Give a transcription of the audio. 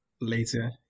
later